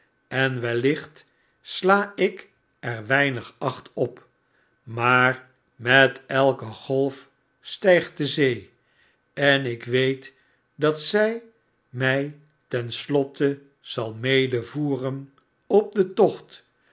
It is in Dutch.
en wellicht sla ik er weinig acht op maar met elke golf stygt de zee en ik weet dat y my ten slotte zal medevoeren op den tocht